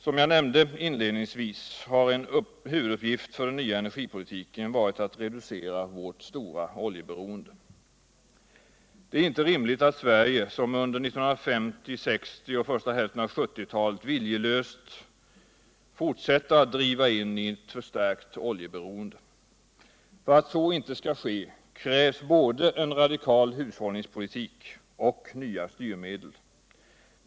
Som jag nämnde inledningsvis har en huvuduppgift för den nya energipolitiken varit att reducera vårt stora oljeberoende. Det är inte rimligt att. som Sverige gjorde under 1950 och 1960-talen och första hälften av 1970-talet, viljelöst fortsätta att driva in i ett förstärkt oljeberoende. För att så inte skall ske krävs både en radikal hushållningspolitik och nya styrmedel.